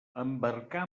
embarcar